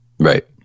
Right